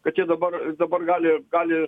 kad jie dabar dabar gali gali